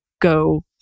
go